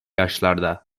yaşlarda